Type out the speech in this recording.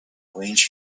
arrange